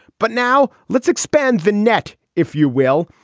but now let's expand the net, if you will,